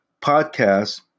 podcast